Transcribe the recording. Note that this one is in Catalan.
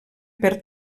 per